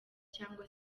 cyangwa